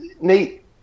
Nate